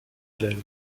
élève